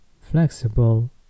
flexible